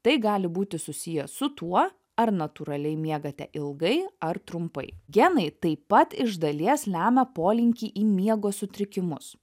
tai gali būti susiję su tuo ar natūraliai miegate ilgai ar trumpai genai taip pat iš dalies lemia polinkį į miego sutrikimus